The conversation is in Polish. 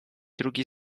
drugi